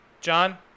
John